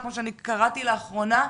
כמו שקראתי לאחרונה,